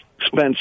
Spence